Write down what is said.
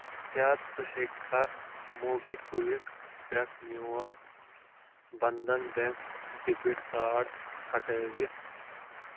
کیٛاہ ژٕ ہیٚککھا موبی کُوِک پٮ۪ٹھ میون بنٛدھن بیٚنٛک ڈیٚبِٹ کارڈ ہٹٲوِتھ؟